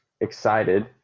excited